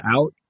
out